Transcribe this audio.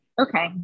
Okay